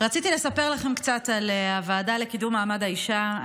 רציתי לספר לכם קצת על הוועדה לקידום מעמד האישה.